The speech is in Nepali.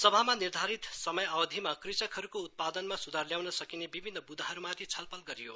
सभामा निर्धारीत समभावधिमा कृषकहरूको उत्पादनमा सुधार ल्याउन सकिने विभिन्न बुँदाहरूमाथ छलफल गरियो